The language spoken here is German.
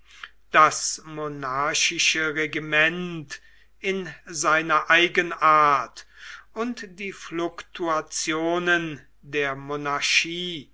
das monarchische regiment in seiner eigenart und die fluktuationen der monarchie